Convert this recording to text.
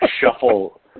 shuffle